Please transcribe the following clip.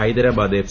Hyderabad F